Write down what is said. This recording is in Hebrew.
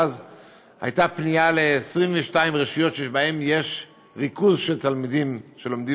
ואז הייתה פנייה ל-22 רשויות שבהן יש ריכוז של תלמידים שלומדים